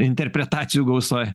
interpretacijų gausoj